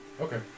Okay